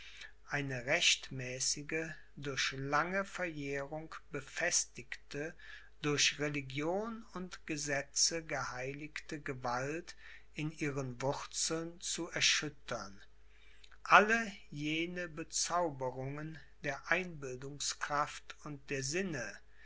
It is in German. eine rechtmäßige durch lange verjährung befestigte durch religion und gesetze geheiligte gewalt in ihren wurzeln zu erschüttern alle jene bezauberungen der einbildungskraft und der sinne